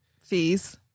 fees